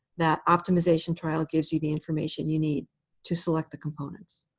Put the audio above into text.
that optimization trial gives you the information you need to select the components.